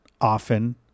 often